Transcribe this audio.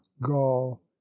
gall